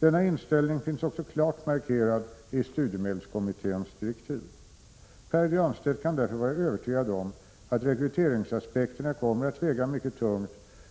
Denna inställning finns också klart markerad i studiemedelskommitténs direktiv. Pär Granstedt kan därför vara övertygad om att rekryteringsaspekterna kommer att väga mycket tungt